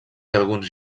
alguns